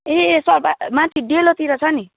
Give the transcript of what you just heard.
ए sir माथि डेलोतिर छ नि